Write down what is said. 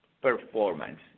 performance